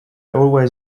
always